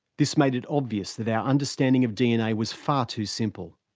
this made it obvious that our understanding of dna was far too simple.